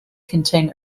contain